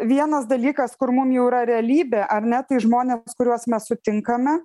vienas dalykas kur mum jau yra realybė ar ne tai žmonės kuriuos mes sutinkame